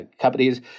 companies